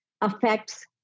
affects